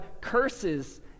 curses